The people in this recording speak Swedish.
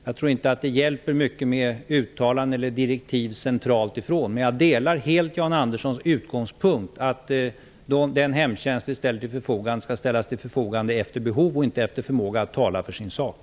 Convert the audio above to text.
Jag tror inte att det hjälper mycket med uttalanden eller direktiv från centralt håll, men jag har samma utgångspunkt som Jan Andersson. Den hemtjänst vi ställer till förfogande skall ställas till förfogande efter behov och inte efter förmåga att tala för sin sak.